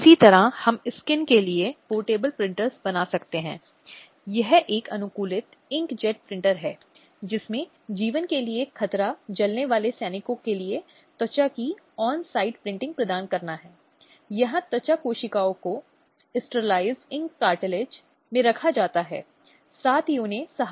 हालाँकि घरेलू हिंसा कहीं न कहीं इन अधिनियमों से परे है और समाज में होने वाली इन हालिया और आधुनिक घटनाओं की देखभाल करने की कोशिश करती है जहाँ विवाह के बिना पुरुष और महिलाएँ जो बालिग हैं एक साथ रहना पसंद कर रहे हैं